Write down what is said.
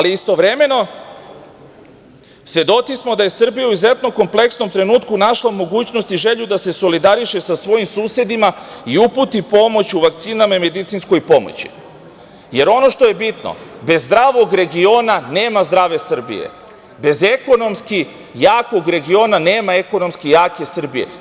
Istovremeno, svedoci smo da je Srbija u izuzetno kompleksnom trenutku našla mogućnost i želju da se solidariše sa svojim susedima i uputi pomoć u vakcinama i medicinskoj pomoći, jer, ono što je bitno, bez zdravog regiona nema zdrave Srbije, bez ekonomski jakog regiona nema ekonomski jake Srbije.